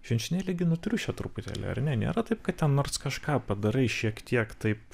švenčionėliai gi nutriušę truputėlį ar ne nėra taip kad ten nors kažką padarai šiek tiek taip